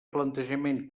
plantejament